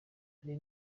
hari